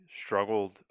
struggled